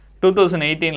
2018